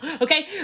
okay